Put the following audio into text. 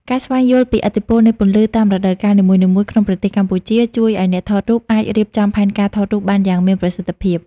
ការស្វែងយល់ពីឥទ្ធិពលនៃពន្លឺតាមរដូវកាលនីមួយៗក្នុងប្រទេសកម្ពុជា ជួយឱ្យអ្នកថតរូបអាចរៀបចំផែនការថតរូបបានយ៉ាងមានប្រសិទ្ធភាព។